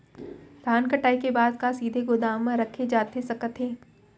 धान कटाई के बाद का सीधे गोदाम मा रखे जाथे सकत हे?